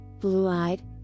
blue-eyed